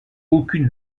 aucune